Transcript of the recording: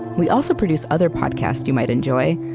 we also produce other podcasts you might enjoy,